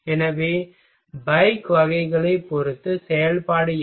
எனவே பைக் வகைகளைப் பொறுத்து செயல்பாடு என்ன